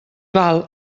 val